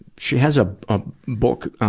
she has a, a book, ah,